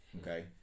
okay